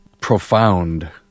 profound